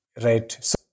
Right